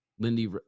Lindy